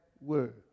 word